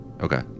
Okay